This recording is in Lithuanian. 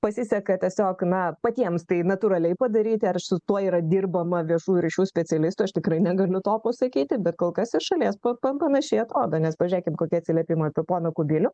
pasiseka tiesiog na patiems tai natūraliai padaryti ar su tuo yra dirbama viešųjų ryšių specialistų aš tikrai negaliu to pasakyti bet kol kas iš šalies man panašiai atrodo nes pažiūrėkim kokie atsiliepimai apie poną kubilių